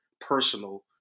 personal